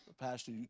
Pastor